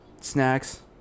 snacks